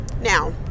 now